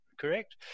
correct